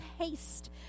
haste